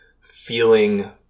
feeling